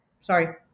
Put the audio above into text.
Sorry